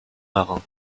marins